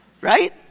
Right